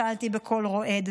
שאלתי בקול רועד.